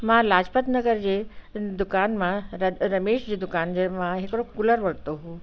मां लाजपत नगर जे दुकानु मां र रमेश जी दुकान जे मां हिकिड़ो कूलर वरितो हुओ